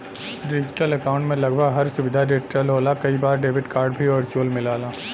digital account में लगभग हर सुविधा डिजिटल होला कई बार डेबिट कार्ड भी वर्चुअल मिलला